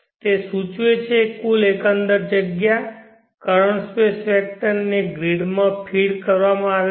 તે સૂચવે છે કુલ એકંદર જગ્યા કરંટ સ્પેસ વેક્ટર ને ગ્રીડમાં ફીડ કરવામાં આવે છે